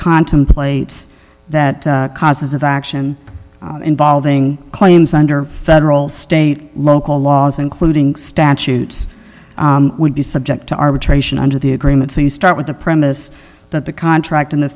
contemplates that causes of action involving claims under federal state local laws including statutes would be subject to arbitration under the agreement so you start with the premise that the contract in the